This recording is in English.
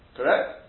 Correct